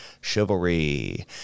Chivalry